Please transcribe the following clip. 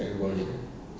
write about it eh